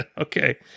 Okay